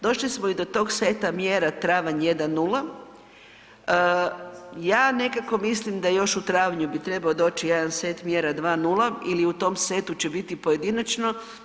Došli smo i do tog seta mjera travanja 1, 0 i ja nekako mislim da još u travnju bi trebao doć još jedan set mjera 2, 0 ili u tom setu će biti pojedinačno.